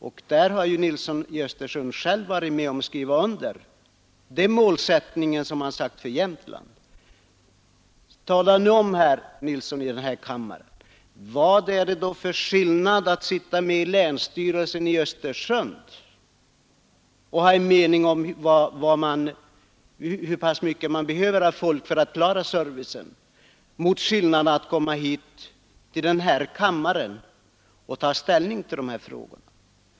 Och herr Nilsson har ju själv varit med om att skriva under på det mål som har satts för Jämtland. Tala nu om i kammaren, herr Nilsson, vad det är för skillnad mellan att ha en mening i länsstyrelsen i Östersund om hur mycket folk som behövs för att klara servicen och att här i kammaren ta ställning till dessa frågor!